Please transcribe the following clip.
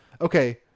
okay